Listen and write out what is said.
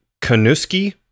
Kanuski